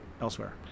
elsewhere